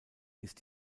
ist